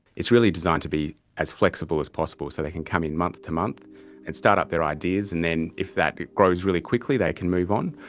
it's really designed to be as flexible as possible so they can come in month to month and start up their ideas, and then if that bit grows really quickly they can move on.